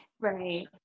Right